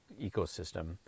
ecosystem